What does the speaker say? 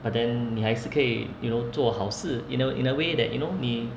but then 你还是可以 you know 做好事 you know in a way that you know 你